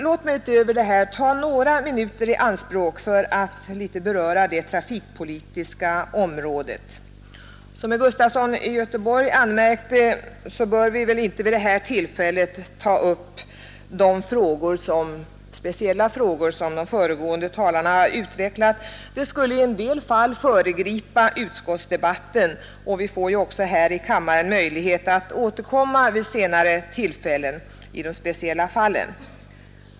Låt mig utöver detta ta några minuter i anspråk för att litet beröra det trafikpolitiska området. Såsom herr Gustafson i Göteborg anmärkte bör vi inte vid det här tillfället ta upp de särskilda frågor som de föregående talarna har utvecklat. Det skulle i en del fall föregripa utskottsdebatten, och vi får också här i kammaren möjlighet att senare återkomma i de speciella fallen.